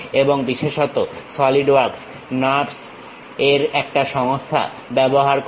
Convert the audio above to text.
এবং বিশেষত SolidWorks NURBS এর একটা সংস্থা ব্যবহার করে